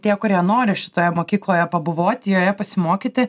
tie kurie nori šitoje mokykloje pabuvoti joje pasimokyti